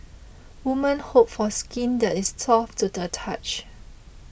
woman hope for skin that is soft to the touch